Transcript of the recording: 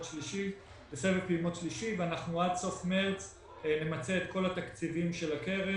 שלישי ועד סוף מרץ נמצה את כל התקציבים של הקרן.